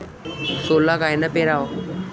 सोला कायनं पेराव?